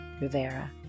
Rivera